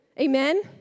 Amen